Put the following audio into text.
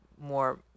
more